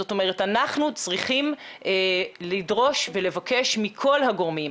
זאת אומרת אנחנו צריכים לדרוש ולבקש מכל הגורמים,